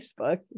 facebook